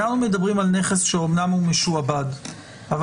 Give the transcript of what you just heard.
אנחנו מדברים על נכס שאמנם הוא משועבד אבל